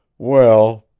well,